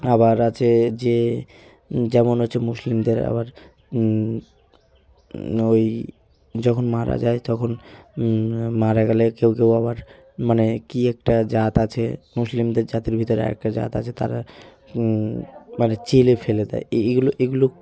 আবার আছে যে যেমন হচ্ছে মুসলিমদের আবার ওই যখন মারা যায় তখন মারা গেলে কেউ কেউ আবার মানে কী একটা জাত আছে মুসলিমদের জাতির ভিতরে আর একটা জাত আছে তারা মানে চেলে ফেলে দেয় এগুলো এগুলো